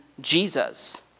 Jesus